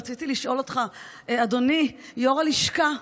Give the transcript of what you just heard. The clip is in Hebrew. רציתי לשאול אותך, אדוני יו"ר הלשכה: